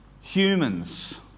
humans